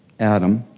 Adam